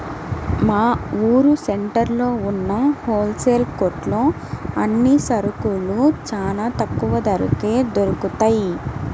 మా ఊరు సెంటర్లో ఉన్న హోల్ సేల్ కొట్లో అన్ని సరుకులూ చానా తక్కువ ధరకే దొరుకుతయ్